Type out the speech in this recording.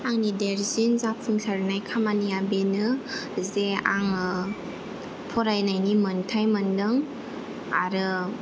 आंनि देरसिन जाफुंसारनाय खामानिया बेनो जे आङो फरायनायनि मोनथाइ मोन्दों आरो